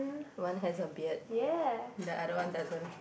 one has a beard the other one doesn't